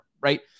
Right